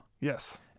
Yes